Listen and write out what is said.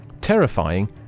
Terrifying